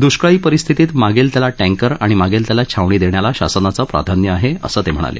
दुष्काळी परिस्थितीत मागेल त्याला टँकर आणि मागेल त्याला छावणी देण्याला शासनाचं प्राधान्य आहे असं ते म्हणाले